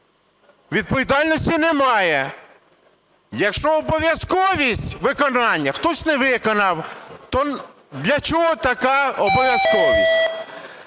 Відповідальності немає. Якщо обов'язковість виконання, хтось не виконав, то для чого така обов'язковість?